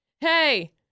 hey